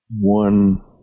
one